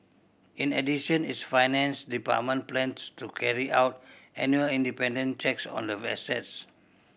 in addition its finance department plans to carry out annual independent checks on the assets